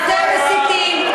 מאין החוצפה לקרוא להם, אתם מסיתים.